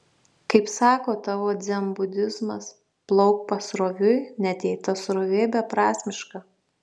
kaip sako tavo dzenbudizmas plauk pasroviui net jei ta srovė beprasmiška